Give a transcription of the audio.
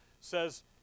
says